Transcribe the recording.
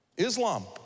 Islam